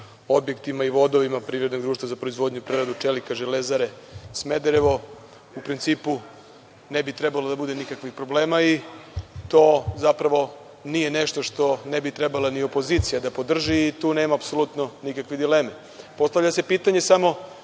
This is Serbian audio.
objektima i vodovima privrednog društva za proizvodnju i preradu čelika „Železare Smederevo“, u principu ne bi trebalo da bude nikakvih problema i to zapravo nije nešto što ne bi trebala ni opozicija da podrži. Tu nema apsolutno nikakve dileme. Postavlja se pitanje samo